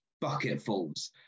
bucketfuls